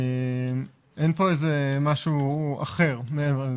אין פה משהו אחר מעבר לזה.